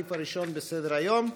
הסעיף הראשון בסדר-היום.